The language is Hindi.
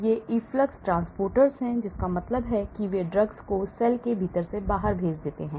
ये इफ्लक्स ट्रांसपोर्टर्स हैं जिसका मतलब है कि वे ड्रग्स को सेल के भीतर से बाहर डाल देते हैं